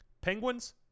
Penguins